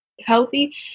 healthy